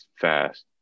fast